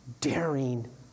daring